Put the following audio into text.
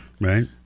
right